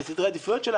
בסדרי העדיפויות שלה,